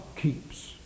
keeps